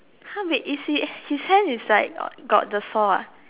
!huh! wait is he his hand is like got got the saw ah